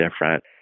different